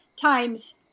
times